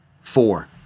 Four